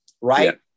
right